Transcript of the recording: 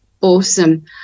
awesome